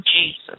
Jesus